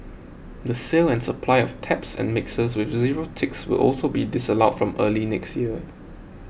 the sale and supply of taps and mixers with zero ticks will also be disallowed from early next year